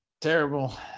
Terrible